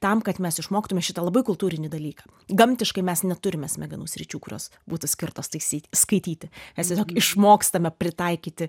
tam kad mes išmoktume šitą labai kultūrinį dalyką gamtiškai mes neturime smegenų sričių kurios būtų skirtos taisyt skaityti nes tiesiog išmokstame pritaikyti